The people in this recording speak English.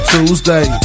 Tuesday